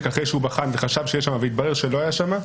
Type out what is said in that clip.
אחרי שהוא בחן וחשב שיש שם והתברר שלא היה שם,